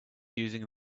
using